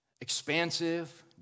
expansive